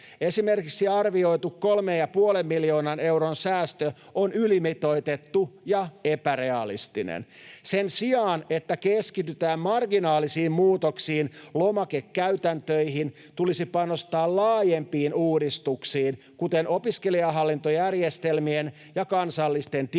Esimerkiksi arvioitu 3,5 miljoonan euron säästö on ylimitoitettu ja epärealistinen. Sen sijaan, että keskitytään marginaalisiin muutoksiin, lomakekäytäntöihin, tulisi panostaa laajempiin uudistuksiin, kuten opiskelijahallintojärjestelmien ja kansallisten tietovarantojen,